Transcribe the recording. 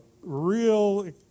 real